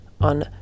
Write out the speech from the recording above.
on